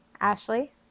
Ashley